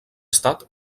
estat